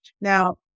Now